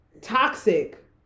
toxic